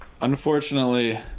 Unfortunately